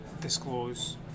disclose